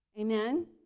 Amen